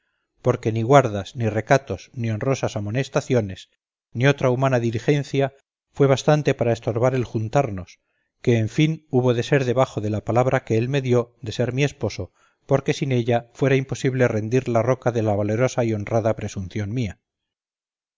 porque ni guardas ni recatos ni honrosas amonestaciones ni otra humana diligencia fue bastante para estorbar el juntarnos que en fin hubo de ser debajo de la palabra que él me dio de ser mi esposo porque sin ella fuera imposible rendir la roca de la valerosa y honrada presunción mía